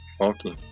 okay